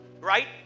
right